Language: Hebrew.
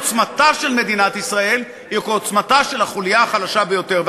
עוצמתה של מדינת ישראל היא כעוצמתה של החוליה החלשה ביותר,